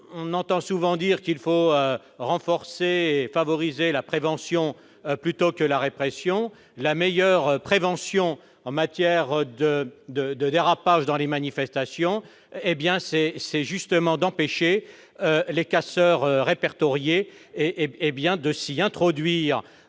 On entend souvent dire qu'il faut renforcer et favoriser la prévention plutôt que la répression. La meilleure prévention en matière de dérapage dans les manifestations, c'est justement d'empêcher les casseurs répertoriés de s'y introduire